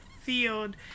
Field